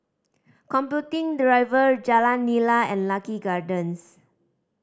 Computing Drive Jalan Nira and Lucky Gardens